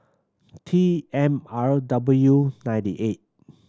T M R W ninety eight